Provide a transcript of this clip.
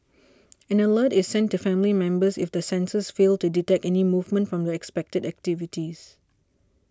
an alert is sent to family members if the sensors fail to detect any movement from the expected activities